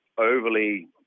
overly